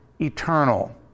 eternal